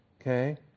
Okay